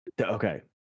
okay